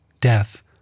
death